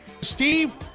Steve